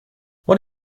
what